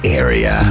area